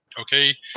okay